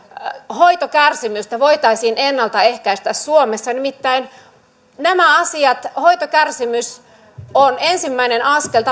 hoitokärsimystä voitaisiin ennalta ehkäistä suomessa nimittäin tämä hoitokärsimys on ensimmäinen askel